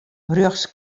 rjochts